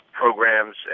programs